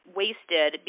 wasted